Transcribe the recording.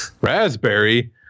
Raspberry